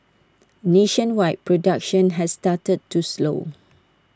nationwide production has started to slow